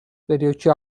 პერიოდში